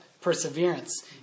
perseverance